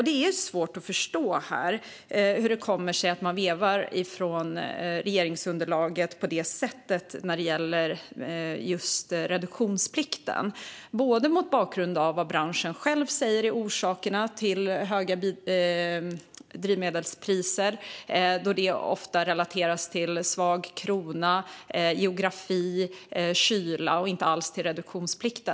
Det är svårt att förstå hur det kommer sig att man vevar från regeringsunderlaget på det här sättet när det gäller just reduktionsplikten. Det är svårt att förstå mot bakgrund av vad branschen själv säger är orsakerna till höga drivmedelspriser, då det ofta relateras till en svag krona, till geografi och till kyla och inte alls till reduktionsplikten.